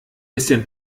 bisschen